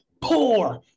poor